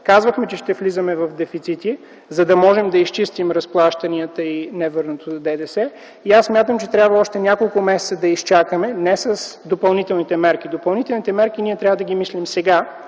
Казвахме, че ще влизаме в дефицити, за да можем да изчистим разплащанията и невърнатото ДДС. Аз смятам, че трябва още няколко месеца да изчакаме – не с допълнителните мерки. Допълнителните мерки трябва да ги мислим сега,